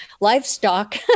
livestock